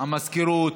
המזכירות,